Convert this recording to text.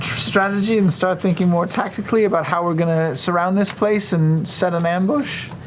strategy and start thinking more tactically about how we're going to surround this place and set an ambush?